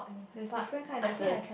there is different kind there's the